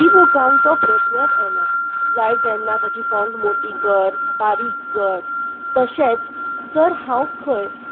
इ बूकांक तो प्रश्नच येना जाय तेन्ना ताची फोंट मोटी कर बारीक कर तशेंच जर हांव खंय